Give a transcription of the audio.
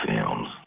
films